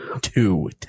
two